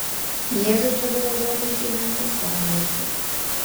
jėzui čia buvo duota išgyventi savo mirtį